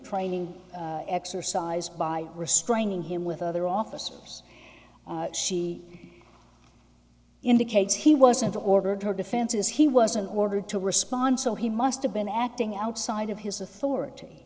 training exercise by restraining him with other officers she indicates he wasn't ordered her defense is he wasn't ordered to respond so he must have been acting outside of his authority